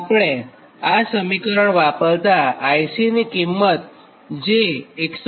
આપણે આ સમીકરણ વાપરતાં IC ની કિંમત j148